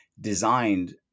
designed